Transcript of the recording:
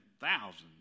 thousands